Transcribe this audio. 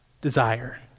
desire